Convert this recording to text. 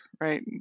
right